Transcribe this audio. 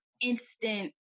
instant